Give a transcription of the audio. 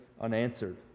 unanswered